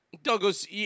Douglas